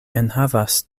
enhavas